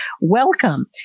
Welcome